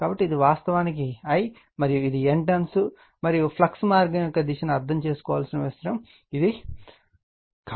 కాబట్టి ఇది వాస్తవానికి I మరియు ఇది N టర్న్స్ మరియు ఫ్లక్స్ మార్గం యొక్క దిశను అర్థం చేసుకోవలసిన అవసరం ఇది మాత్రమే